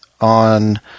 on